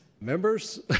Members